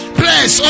place